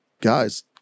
guys